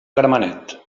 gramenet